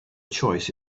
choice